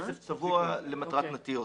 כסף צבוע למטרת נטיעות.